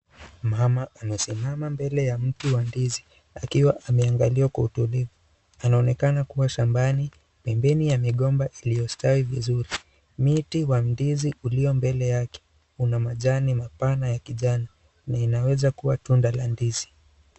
Mama anasimama mbele ya mti wa ndizi akiwa ameangalia kwa utulivu, anaonekana kuwa shambani pembeni ya migomba iliyostawi vizuri, miti wa ndizi uliyo mbele yake una majani mapana ya kijani na unaweza kuwa tunda la ndizi.